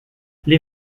les